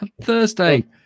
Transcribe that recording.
Thursday